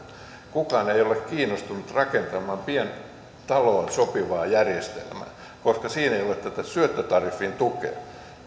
kukaan ei ole kiinnostunut rakentamaan pientaloon sopivaa järjestelmää koska siinä ei ole tätä syöttötariffin tukea